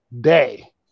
day